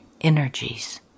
energies